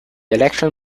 electron